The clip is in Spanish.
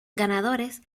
ganadores